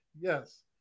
yes